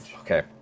Okay